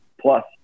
plus